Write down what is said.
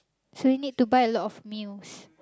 so we need to buy a lot of meals